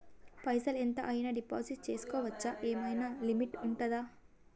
పైసల్ ఎంత అయినా డిపాజిట్ చేస్కోవచ్చా? ఏమైనా లిమిట్ ఉంటదా?